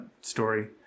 story